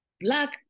black